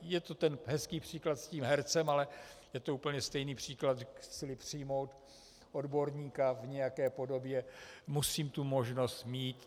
Je to ten hezký příklad s tím hercem, ale je to úplně stejný příklad chcili přijmout odborníka v nějaké podobě, musím tu možnost mít.